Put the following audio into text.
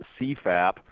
CFAP